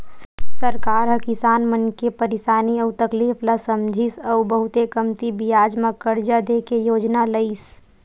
सरकार ह किसान मन के परसानी अउ तकलीफ ल समझिस अउ बहुते कमती बियाज म करजा दे के योजना लइस